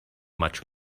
much